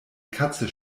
katze